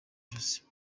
ijosi